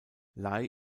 lay